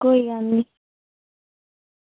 कोई गल्ल निं